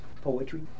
poetry